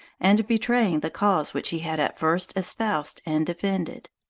and betraying the cause which he had at first espoused and defended.